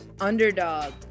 Underdog